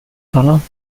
سلام